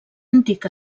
antic